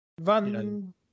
Van